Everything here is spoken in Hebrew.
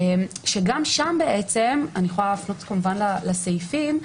שגם שם בעצם - אני יכולה להפנות כמובן לסעיפים,